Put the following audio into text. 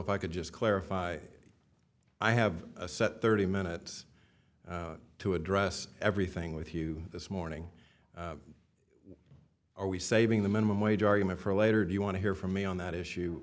if i could just clarify i have a set thirty minutes to address everything with you this morning are we saving the minimum wage argument for later do you want to hear from me on that issue